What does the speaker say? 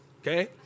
okay